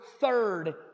third